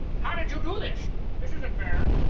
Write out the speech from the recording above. how did you do this? this isn't fair.